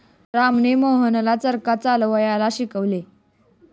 रामने मोहनला चरखा चालवायला शिकवले